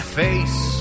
face